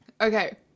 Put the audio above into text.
Okay